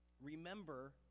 Remember